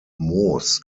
moos